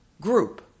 group